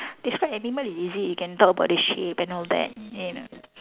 describe animal is easy you can talk about the shape and all that you know